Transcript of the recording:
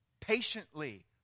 patiently